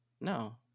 No